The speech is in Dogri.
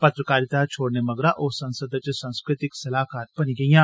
पत्रकारिता छोड़ने मगरा ओह संसद च संस्कृतिक सलाहकार बनी गेईयां